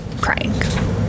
crying